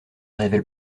révèle